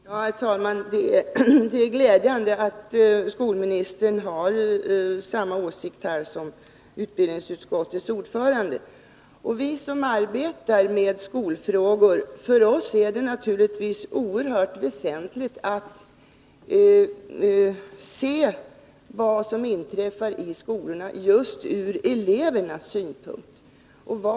Herr talman! Det är glädjande att skolministern har samma åsikt som utbildningsutskottets ordförande. För oss som arbetar med skolfrågor är det naturligtvis oerhört väsentligt att se på det som inträffar i skolorna just ur elevernas synpunkt.